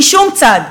משום צד.